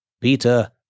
Peter